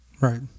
Right